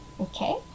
Okay